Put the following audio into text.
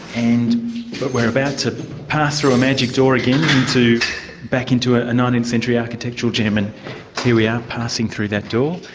and but we're about to pass through a magic door again back into ah a nineteenth century architectural gem, and here we are, passing through that door.